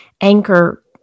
anchor